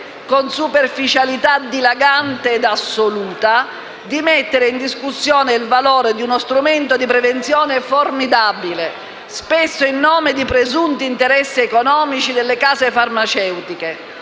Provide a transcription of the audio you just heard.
con superficialità dilagante ed assoluta, di mettere in discussione il valore di uno strumento di prevenzione formidabile, spesso in nome di presunti interessi economici delle case farmaceutiche.